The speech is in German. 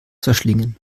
verschlingen